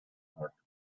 heart